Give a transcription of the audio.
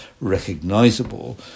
recognizable